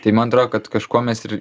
tai man atrodo kad kažko mes ir